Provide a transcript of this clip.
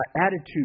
attitude